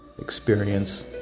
experience